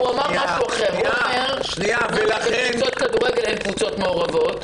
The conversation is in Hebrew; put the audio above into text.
הוא אמר שכפי שבקבוצות כדורגל אין קבוצות מעורבות